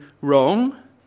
wrong